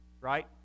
right